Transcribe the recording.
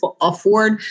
afford